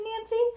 Nancy